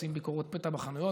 עושים ביקורות פתע בחנויות,